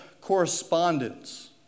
correspondence